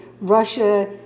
Russia